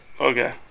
Okay